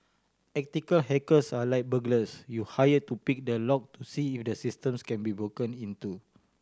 ethical hackers are like burglars you hire to pick the lock to see if the systems can be broken into